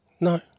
No